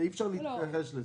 אי אפשר להתכחש לזה.